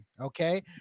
Okay